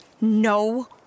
no